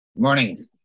Morning